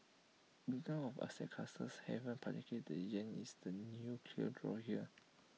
in term of asset classes havens particularly the Yen is the clear draw here